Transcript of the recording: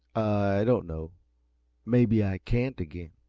i don't know maybe i can't, again.